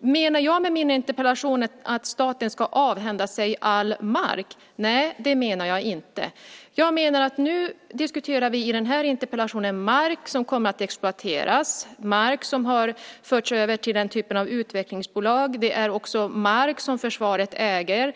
Menar jag med min interpellation att staten ska avhända sig all mark? Nej, det menar jag inte. Jag menar att vi i den här interpellationsdebatten diskuterar mark som kommer att exploateras, mark som har förts över till den typen av utvecklingsbolag och mark som försvaret äger.